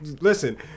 listen